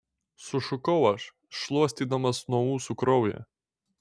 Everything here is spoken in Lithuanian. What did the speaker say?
sušukau aš šluostydamas nuo ūsų kraują